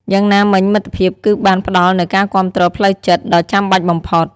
យ៉ាងណាមិញមិត្តភាពគឺបានផ្ដល់នូវការគាំទ្រផ្លូវចិត្ត ដ៏ចាំបាច់បំផុត។